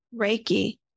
Reiki